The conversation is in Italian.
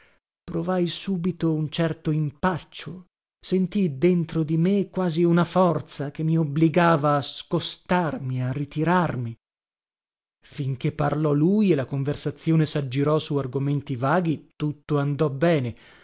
provai subito un certo impaccio sentii dentro me quasi una forza che mi obbligava a scostarmi a ritrarmi finché parlò lui e la conversazione saggirò su argomenti vaghi tutto andò bene